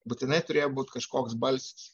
būtinai turėjo būt kažkoks balsis